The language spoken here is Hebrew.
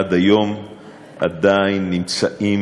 עד היום עדיין נמצאים